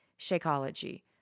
Shakeology